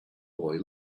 boy